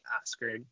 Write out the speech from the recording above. Oscar